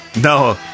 No